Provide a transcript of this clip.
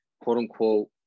quote-unquote